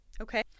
Okay